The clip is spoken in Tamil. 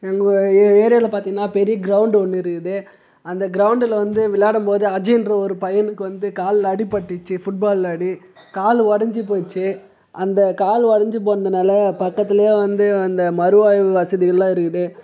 நம்ம ஏ ஏரியாவில பார்த்திங்கனா பெரிய க்ரௌண்டு ஒன்று இருக்குது அந்த க்ரௌண்டில் வந்து விளாடம்போது அஜய்ன்ற ஒரு பையனுக்கு வந்து காலில் அடிபட்டிச்சு ஃபுட்பாலில் அடி கால் உடஞ்சிப்போச்சு அந்த கால் உடஞ்சி போனதுனால பக்கத்துலையே வந்து அந்த மறுவாழ்வு வசதிகள் எல்லாம் இருக்குது